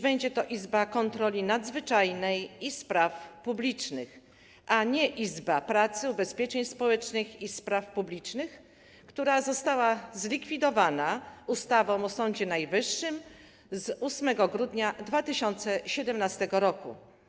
Będzie to Izba Kontroli Nadzwyczajnej i Spraw Publicznych, a nie Izba Pracy, Ubezpieczeń Społecznych i Spraw Publicznych, która została zlikwidowana ustawą o Sądzie Najwyższym z 8 grudnia 2017 r.